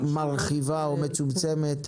מרחיב או מצומצם,